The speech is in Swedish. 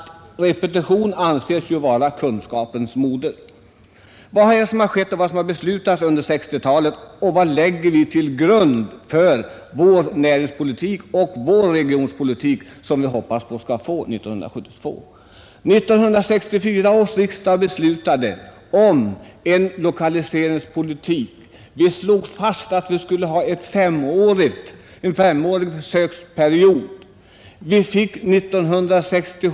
Repetition anses ju också vara kunskapens moder. Vad har vi då beslutat under 1960-talet och vad lägger vi till grund för den regionpolitik, som vi hoppas skall genomföras under 1972? Ja, 1964 års riksdag beslutade om en femårig försöksperiod med lokaliseringspolitik.